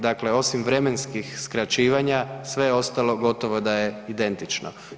Dakle, osim vremenskih skraćivanja sve ostalo gotovo da je identično.